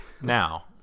Now